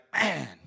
man